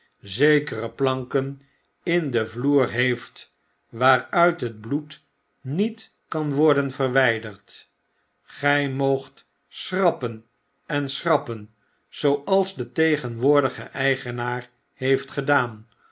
zekere planken in den vloer heeft waaruit het bloed niet kan worden verwijderd gy moogt schrappen en schrappen zooals de tegenwoordige eigenaar heeft gedaan